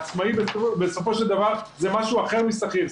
העצמאי בסופו של דבר זה משהו אחר משכיר.